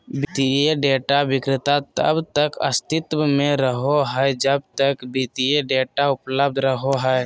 वित्तीय डेटा विक्रेता तब तक अस्तित्व में रहो हइ जब तक वित्तीय डेटा उपलब्ध रहो हइ